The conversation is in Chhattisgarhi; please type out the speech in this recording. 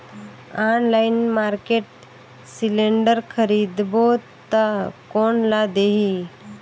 ऑनलाइन मार्केट सिलेंडर खरीदबो ता कोन ला देही?